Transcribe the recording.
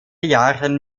jahren